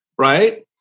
right